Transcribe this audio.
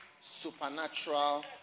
supernatural